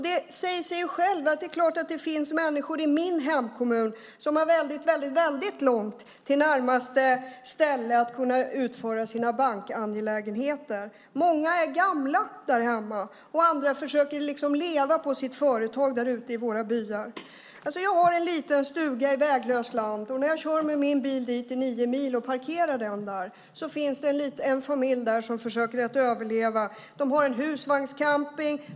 Det är klart att det finns människor i min hemkommun som har väldigt långt till närmaste ställe där man kan utföra sina bankärenden. Många är gamla och andra försöker leva på sina företag ute i byarna. Jag har en liten stuga i väglöst land. Jag kör bil dit i nio mil och parkerar. Där bor en familj som försöker överleva. De har en husvagnscamping.